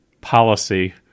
policy